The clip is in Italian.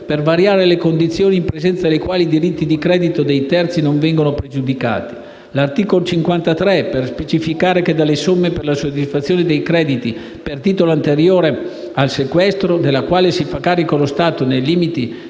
per variare le condizioni in presenza delle quali i diritti di credito dei terzi non vengono pregiudicati; l'articolo 53, per specificare che dalle somme per la soddisfazione dei crediti per titolo anteriore al sequestro, della quale si fa carico lo Stato nel limite